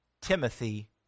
Timothy